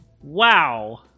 Wow